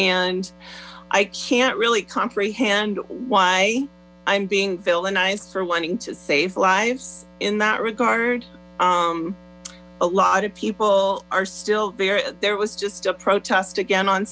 and i can't really comprehend why i'm being villainize for wanting to save lives in that regard a lot of people are still buried there was just a protest again on